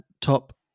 top